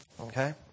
Okay